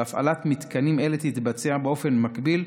והפעלת מתקנים אלה תתבצע באופן מקביל,